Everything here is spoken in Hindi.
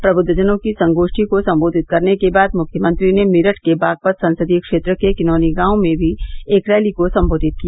प्रबुद्धजनों की संगोष्ठी को संबोधित करने के बाद मुख्यमंत्री ने मेरठ के बागपत संसदीय क्षेत्र के किनौनी गांव में भी एक रैली को संबोधित किया